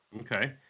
okay